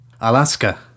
Alaska